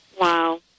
Wow